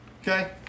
Okay